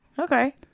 Okay